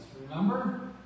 Remember